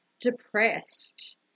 depressed